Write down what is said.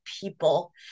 people